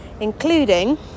including